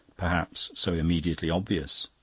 perhaps, so immediately obvious.